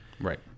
Right